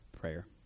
prayer